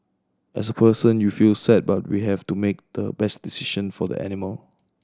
as person you feel sad but we have to make the best decision for the animal